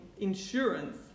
insurance